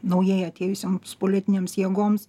naujai atėjusioms politinėms jėgoms